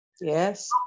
Yes